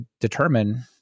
determine